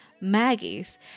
maggies